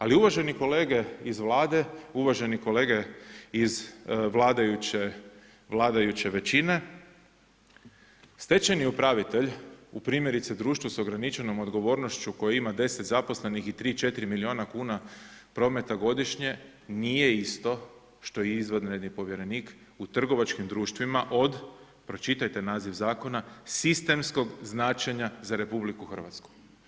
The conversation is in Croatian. Ali uvaženi kolege iz Vlade, uvaženi kolege iz vladajuće većine, stečajni upravitelj u primjerice društvu s ograničenom odgovornošću koje ima 10 zaposlenih i 3, 4 milijuna kuna prometa godišnje nije isto što i izvanredni povjerenik u trgovačkim društvima od, pročitajte naziv zakona, sistemskog značenja za RH.